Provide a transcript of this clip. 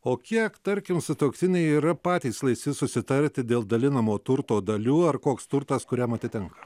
o kiek tarkim sutuoktiniai yra patys laisvi susitarti dėl dalinamo turto dalių ar koks turtas kuriam atitenka